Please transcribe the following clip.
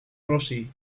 rossi